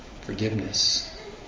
forgiveness